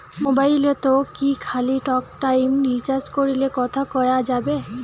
মোবাইলত কি খালি টকটাইম রিচার্জ করিলে কথা কয়া যাবে?